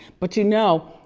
but you know,